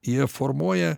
jie formuoja